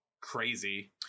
crazy